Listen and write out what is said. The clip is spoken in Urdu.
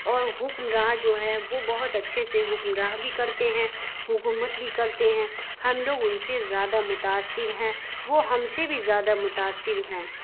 اور حکمراں جو ہے وہ بہت اچھے سے حکمراہ بھی کرتے ہیں حکومت بھی کرتے ہیں ہم لوگ ان سے زیادہ متاثر ہیں وہ ہم سے بھی زیادہ متاثر ہیں